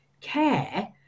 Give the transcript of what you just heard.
care